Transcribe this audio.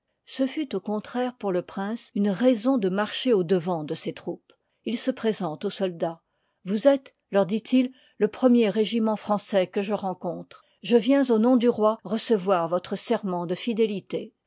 ce fut au contraire pour liv l le prince une raison de marcher au devant de ces troupes il se présente aux soldats i vous êtes leur dit-il le premier régiment français que je rencontre je viens au nom du roi recevoir votre serment de fidélité